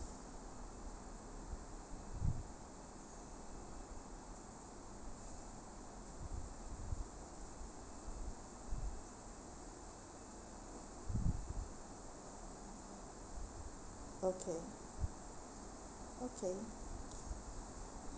okay okay